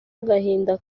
agahinda